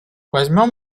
возьмем